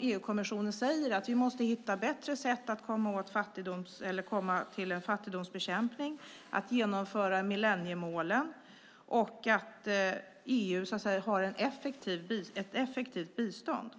EU-kommissionen säger att vi måste hitta bättre sätt att komma till en fattigdomsbekämpning, att genomföra millenniemålen och se till att EU har ett effektivt bistånd.